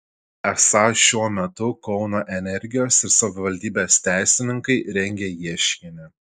esą šiuo metu kauno energijos ir savivaldybės teisininkai rengia ieškinį